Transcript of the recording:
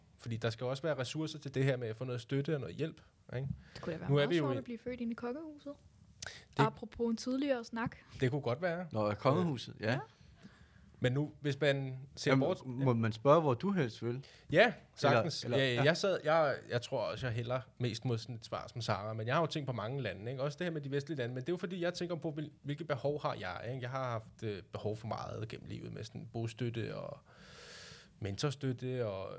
Fordi der skal jo også være ressourcer til det her med at få noget støtte og noget hjælp, ikke? Det kunne da være Nu er meget vi jo svært i- at blive født ind i kokkehuset. Det- Apropos en tidligere snak. Det kunne godt være. Nå, i Ja. kokkehuset, ja. Ja. Men nu, hvis man ser Jamen, bort- må man spørge, hvor du helst vil? Ja, Eller- sagtens. eller- Ja, ja. jeg sad- jeg- jeg tror også, jeg hælder mest mod sådan et svar som Sarah, men jeg har jo tænkt på mange lande, ikke? Også det her med de vestlige lande, men det er jo fordi, jeg tænker på, hvil- hvilke behov har jeg, ikke? Jeg har haft, øh, behov for meget gennem livet med sådan bostøtte og mentorstøtte og